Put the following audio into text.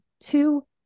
Two